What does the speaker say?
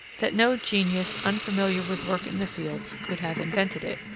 that no genius unfamiliar with work in the fields could have invented it,